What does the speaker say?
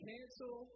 Cancel